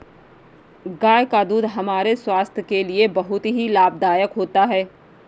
गाय का दूध हमारे स्वास्थ्य के लिए बहुत ही लाभदायक होता है